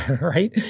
right